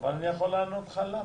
אבל אני יכול לענות לך למה.